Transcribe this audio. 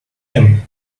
him